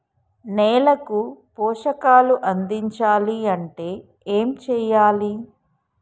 నేలకు పోషకాలు అందించాలి అంటే ఏం చెయ్యాలి?